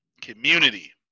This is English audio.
Community